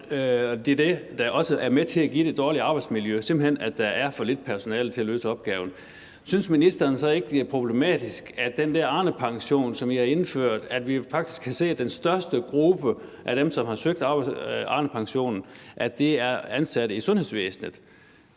det er det, der også er med til at give det dårlige arbejdsmiljø, altså simpelt hen det, at der er for lidt personale til at løse opgaven. Synes ministeren så ikke, det er problematisk, at vi faktisk kan se, at den største gruppe af dem, som har søgt den der Arnepension, som I har indført, er ansatte i sundhedsvæsenet,